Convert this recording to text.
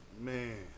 Man